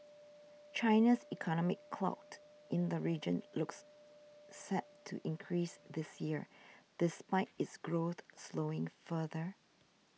China's economic clout in the region looks set to increase this year despite its growth slowing further